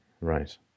Right